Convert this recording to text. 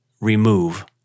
remove